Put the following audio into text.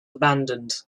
abandoned